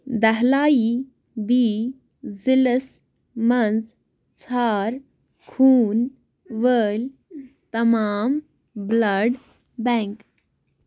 دہلایی بی ضلعس مَنٛز ژھار خوٗن وٲلۍ تمام بٕلڈ بینٛک